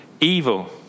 evil